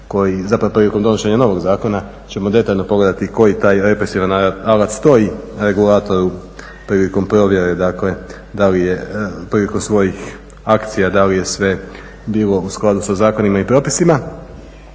zapravo prilikom donošenja novog zakona ćemo detaljno pogledati koji taj represivan alat stoji regulatoru prilikom provjere da li je, prilikom svojih akcija da li je sve bilo u skladu sa zakonima i propisima.